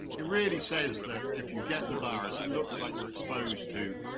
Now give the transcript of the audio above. it really says that if you get the virus, it looks like you're exposed to,